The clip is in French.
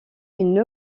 une